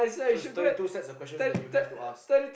so it's thirty two set of questions you have to ask